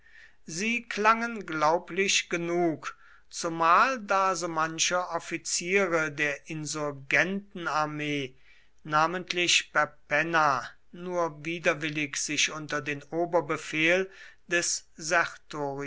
sie klangen glaublich genug zumal da so manche offiziere der insurgentenarmee namentlich perpenna nur widerwillig sich unter den oberbefehl des